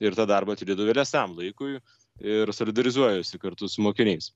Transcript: ir tą darbą atidedu vėlesniam laikui ir solidarizuojuosi kartu su mokiniais